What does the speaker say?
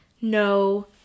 no